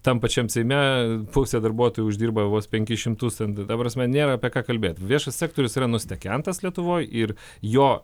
tam pačiam seime pusė darbuotojų uždirba vos penkis šimtus ten ta prasme nėra apie ką kalbėt viešas sektorius yra nustekentas lietuvoj ir jo